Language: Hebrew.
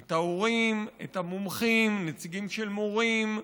את ההורים, את המומחים, נציגים של מורים,